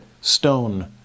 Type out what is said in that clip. stone